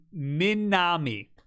Minami